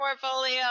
portfolio